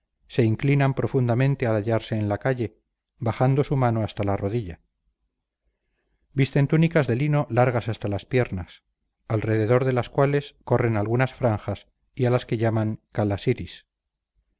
se inclinan profundamente al hallarse en la calle bajando su mano hasta la rodilla visten túnicas de lino largas hasta las piernas alrededor de las cuales corren algunas franjas y a las que llaman